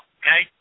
okay